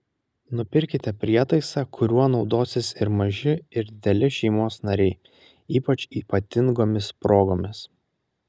nupirkite prietaisą kuriuo naudosis ir maži ir dideli šeimos nariai ypač ypatingomis progomis